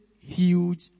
huge